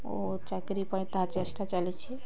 ଓ ଚାକିରୀ ପାଇଁ ତାହା ଚେଷ୍ଟା ଚାଲିଛି